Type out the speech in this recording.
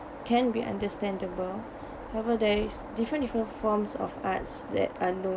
can be understandable however there is different different forms of arts that are known